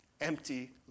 empty